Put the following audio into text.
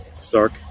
Sark